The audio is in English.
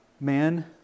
man